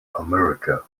america